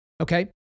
okay